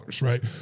right